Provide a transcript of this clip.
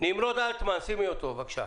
נמרוד אלטמן, בבקשה.